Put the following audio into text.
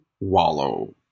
wallow